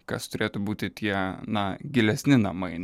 kas turėtų būti tie na gilesni namai